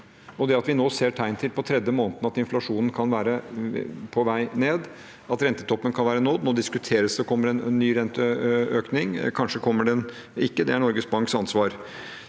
på rad ser vi tegn på at inflasjonen kan være på vei ned, og rentetoppen kan være nådd. Nå diskuteres det om det kommer en ny renteøkning, kanskje kommer den ikke. Det er Norges Banks ansvar.